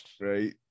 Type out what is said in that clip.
right